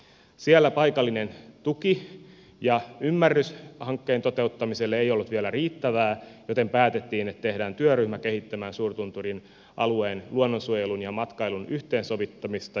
siellä paikallinen tuki ja ymmärrys hankkeen toteuttamiselle ei ollut vielä riittävää joten päätettiin että tehdään työryhmä kehittämään suurtunturin alueen luonnonsuojelun ja matkailun yhteensovittamista